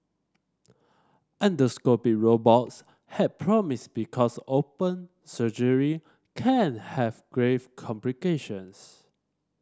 endoscopic robots held promise because open surgery can have grave complications